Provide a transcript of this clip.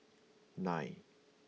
nine